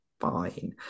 Fine